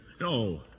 No